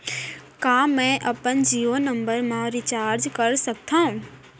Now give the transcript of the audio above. का मैं अपन जीयो नंबर म रिचार्ज कर सकथव?